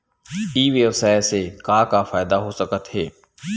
ई व्यवसाय से का का फ़ायदा हो सकत हे?